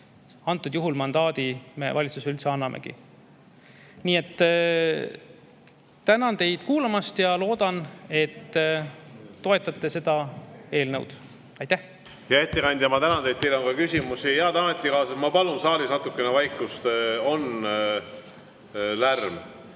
antud juhul mandaadi valitsusele üldse annamegi. Nii et tänan teid kuulamast ja loodan, et te toetate seda eelnõu. Aitäh! Hea ettekandja, ma tänan teid! Teile on ka küsimusi. Head ametikaaslased, ma palun saalis natukene vaikust, on lärm.